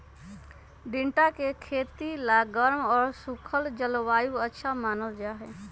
टिंडा के खेती ला गर्म और सूखल जलवायु अच्छा मानल जाहई